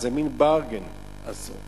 איזה מין bargain עשו.